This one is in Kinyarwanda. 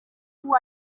uwo